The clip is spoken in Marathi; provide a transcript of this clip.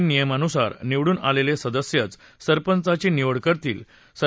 आता नवीन नियमानुसार निवडून आलेले सदस्यच सरपंचाची निवड करतील